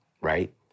right